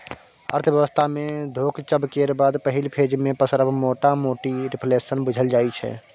अर्थव्यवस्था मे घोकचब केर बाद पहिल फेज मे पसरब मोटामोटी रिफ्लेशन बुझल जाइ छै